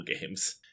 games